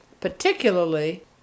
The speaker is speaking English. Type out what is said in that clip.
particularly